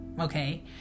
Okay